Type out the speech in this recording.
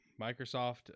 Microsoft